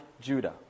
Judah